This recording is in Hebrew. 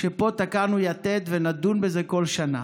ופה תקענו יתד ונדון בזה כל שנה,